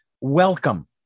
Welcome